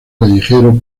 callejero